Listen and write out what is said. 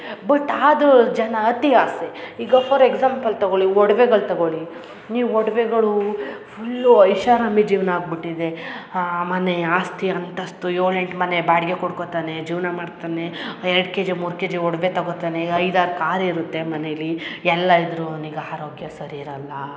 but ಆದ್ರೂ ಜನ ಅತಿ ಆಸೆ ಈಗ ಫಾರ್ ಎಕ್ಸಾಂಪಲ್ ತಗೊಳ್ಳಿ ಒಡ್ವೆಗಳು ತಗೊಳ್ಳಿ ನೀವು ಒಡವೆಗಳು ಫುಲ್ಲು ಐಷಾರಾಮಿ ಜೀವನ ಆಗಿಬಿಟ್ಟಿದೆ ಮನೆ ಆಸ್ತಿ ಅಂತಸ್ತು ಏಳು ಎಂಟು ಮನೆ ಬಾಡಿಗೆ ಕೊಟ್ಕೊತಾನೆ ಜೀವನ ಮಾಡ್ತಾನೆ ಎರಡು ಕೆಜಿ ಮೂರು ಕೆಜಿ ಒಡವೆ ತಗೊತಾನೆ ಐದು ಆರು ಕಾರ್ ಇರುತ್ತೆ ಮನೇಲಿ ಎಲ್ಲ ಇದ್ದರೂ ಅವ್ನಿಗೆ ಆರೋಗ್ಯ ಸರಿ ಇರಲ್ಲ